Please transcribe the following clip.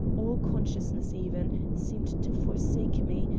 all consciousness even, seemed to forsake me,